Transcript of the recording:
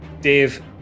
Dave